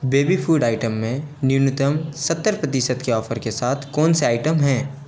baby food item में न्यूनतम सत्तर प्रतिशत के ऑफर के साथ कौन से आइटम हैं